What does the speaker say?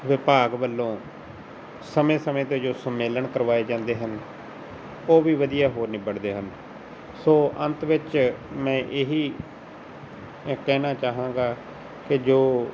ਵਿਭਾਗ ਵੱਲੋਂ ਸਮੇਂ ਸਮੇਂ 'ਤੇ ਜੋ ਸੰਮੇਲਨ ਕਰਵਾਏ ਜਾਂਦੇ ਹਨ ਉਹ ਵੀ ਵਧੀਆ ਹੋ ਨਿਬੜਦੇ ਹਨ ਸੋ ਅੰਤ ਵਿੱਚ ਮੈਂ ਇਹ ਹੀ ਅ ਕਹਿਣਾ ਚਾਹਾਂਗਾ ਕਿ ਜੋ